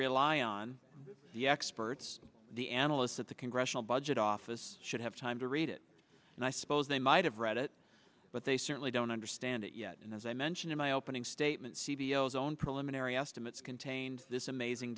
rely on the experts the analysts at the congressional budget office should have time to read it and i suppose they might have read it but they certainly don't understand it yet and as i mentioned in my opening statement cvo zone preliminary estimates contained this amazing